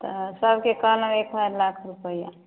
तऽ सबके कहलहुँ एक लाख रुपैआ